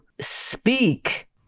speak